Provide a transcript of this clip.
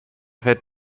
fällt